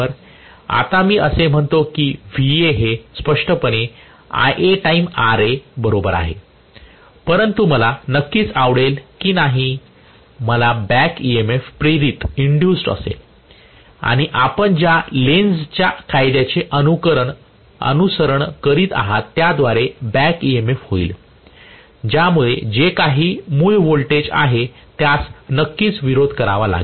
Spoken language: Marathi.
आता मी असे म्हणतो की Va हे स्पष्टपणे Ia टाइम Ra बरोबर आहे परंतु मला नक्कीच आवडेल की नाही मला बॅक EMF प्रेरित असेल आणि आपण ज्या लेन्झ Lenz'sच्या कायद्याचे अनुसरण करीत आहात त्याद्वारे बॅक EMF होईल ज्यामुळे जे काही मूळ व्होल्टेज आहे त्यास नक्कीच विरोध करावा लागेल